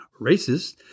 racist